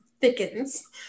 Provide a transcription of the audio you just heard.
thickens